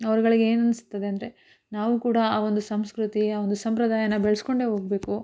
ಅವ್ರುಗಳಿಗೆ ಏನು ಅನ್ನಿಸ್ತದೆ ಅಂದರೆ ನಾವು ಕೂಡ ಆ ಒಂದು ಸಂಸ್ಕೃತಿ ಆ ಒಂದು ಸಂಪ್ರದಾಯನ ಬೆಳೆಸ್ಕೊಂಡೆ ಹೋಗ್ಬೇಕು